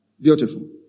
beautiful